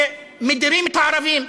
שמדירים את הערבים,